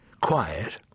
quiet